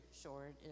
short